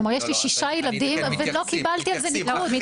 כלומר יש לי שישה ילדים ולא קיבלתי על זה ניקוד.